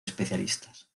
especialistas